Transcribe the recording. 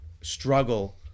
struggle